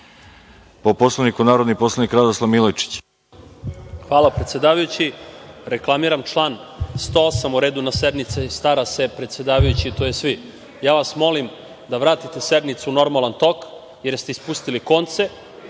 poslanik Radoslav Milojičić. **Radoslav Milojičić** Hvala, predsedavajući. Reklamiram član 108. – o redu na sednici stara se predsedavajući, tj. vi. Ja vas molim da vratite sednicu u normalan tok jer ste ispustili konce